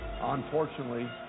Unfortunately